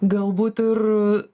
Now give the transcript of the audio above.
galbūt ir